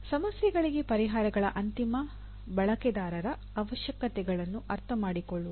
ಸಮಸ್ಯೆಗಳಿಗೆ ಪರಿಹಾರಗಳ ಅಂತಿಮ ಬಳಕೆದಾರರ ಅವಶ್ಯಕತೆಗಳನ್ನು ಅರ್ಥಮಾಡಿಕೊಳ್ಳುವುದು